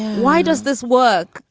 why does this work?